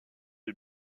est